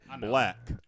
Black